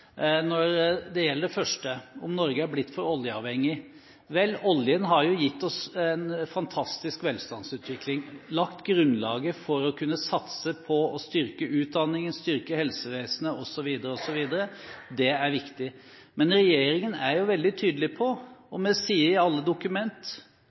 Når det gjelder det første, om Norge er blitt for oljeavhengig: Oljen har gitt oss en fantastisk velstandsutvikling og lagt grunnlaget for å kunne satse på å styrke utdanningen, styrke helsevesenet osv. Det er viktig. Men regjeringen er veldig tydelig på